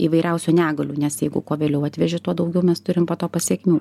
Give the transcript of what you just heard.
įvairiausių negalių nes jeigu ko vėliau atveži tuo daugiau mes turim po to pasekmių